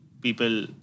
people